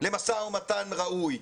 למשא ומתן ראוי,